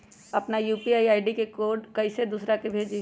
अपना यू.पी.आई के कोड कईसे दूसरा के भेजी?